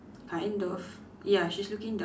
kind of ya she's looking down